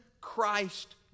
christ